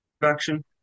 production